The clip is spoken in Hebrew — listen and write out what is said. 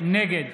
נגד